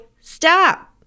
stop